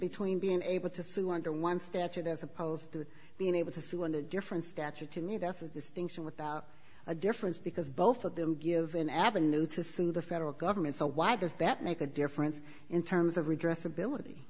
between being able to sue under one statute as opposed to being able to sue under different statute to me that's a distinction without a difference because both of them give an avenue to sue the federal government so why does that make a difference in terms of redress ability